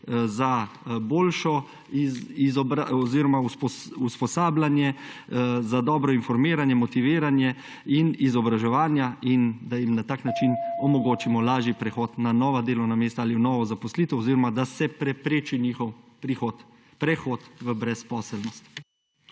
teh oseb za usposabljanje, za dobro informiranje, motiviranje in izobraževanja in da jim na tak način omogočimo lažji prehod na nova delovna mesta ali na novo zaposlitev oziroma da se prepreči njihov prehod v brezposelnost.